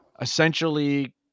essentially